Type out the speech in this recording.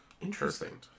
Interesting